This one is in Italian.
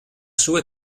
sue